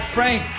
Frank